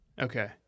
Okay